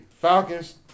Falcons